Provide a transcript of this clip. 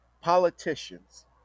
politicians